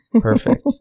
Perfect